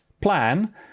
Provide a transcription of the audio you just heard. plan